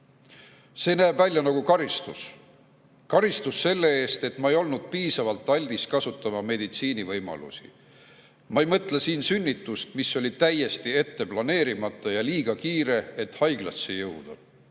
"See näeb välja nagu karistus. Karistus selle eest, et ma ei ole olnud piisavalt aldis kasutama meditsiini võimalusi. Ma ei mõtle siin sünnitust, mis oli täiesti ette planeerimata ja liiga kiire, et haiglasse jõuda,